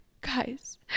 guys